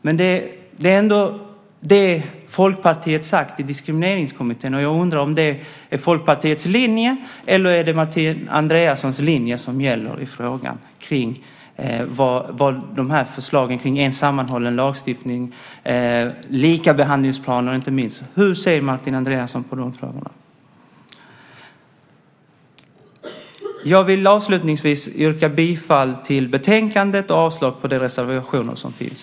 Men det är ändå det som Folkpartiet har sagt i Diskrimineringskommittén, och jag undrar om det är Folkpartiets linje eller om det är Martin Andreassons linje som gäller i fråga om förslagen till en sammanhållen lagstiftning, likabehandlingsplanen inte minst. Hur ser Martin Andreasson på de frågorna? Jag vill avslutningsvis yrka bifall till förslagen i betänkandet och avslag på de reservationer som finns.